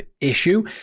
issue